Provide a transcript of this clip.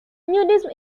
nudism